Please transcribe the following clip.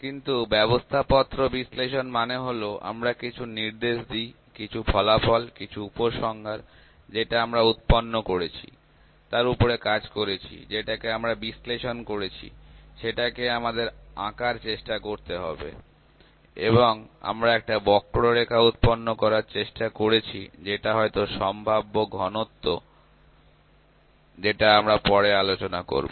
কিন্তু ব্যবস্থাপত্র বিশ্লেষণ মানে হল আমরা কিছু নির্দেশ দিই কিছু ফলাফল কিছু উপসংহার যেটা আমরা উৎপন্ন করেছি তার উপরে কাজ করেছি যেটাকে আমরা বিশ্লেষণ করেছি সেটাকে আমাদের আঁকার চেষ্টা করতে হবে এবং আমরা একটা বক্ররেখা উৎপন্ন করার চেষ্টা করেছি যেটা হয়ত সম্ভাব্য ঘনত্ব যেটা আমরা পরে আলোচনা করব